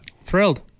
Thrilled